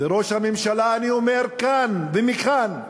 לראש הממשלה אני אומר כאן ומכאן,